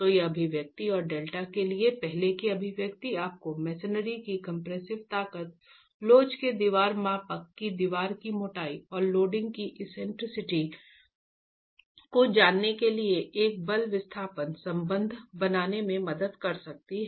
तो यह अभिव्यक्ति और डेल्टा के लिए पहले की अभिव्यक्ति आपको मसनरी की कंप्रेसिव ताकत लोच के दीवार मापांक की दीवार की मोटाई और लोडिंग की एक्सेंट्रिसिटी को जानने के लिए एक बल विस्थापन संबंध बनाने में मदद कर सकती है